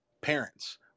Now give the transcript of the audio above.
parents